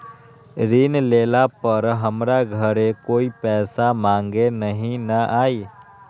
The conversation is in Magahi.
ऋण लेला पर हमरा घरे कोई पैसा मांगे नहीं न आई?